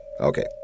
Okay